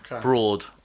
broad